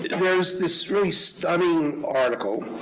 there was this really stunning article